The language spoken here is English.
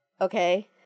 okay